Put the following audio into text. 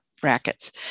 brackets